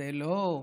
זה לא,